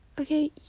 Okay